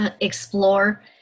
explore